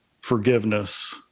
forgiveness